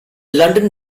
london